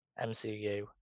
MCU